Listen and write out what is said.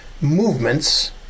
movements